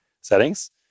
settings